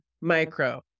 micro